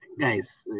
Guys